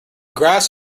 grass